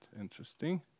interesting